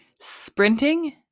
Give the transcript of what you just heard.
sprinting